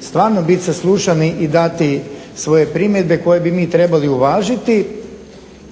stvarno biti saslušani i dati svoje primjedbe koje bi mi trebali uvažiti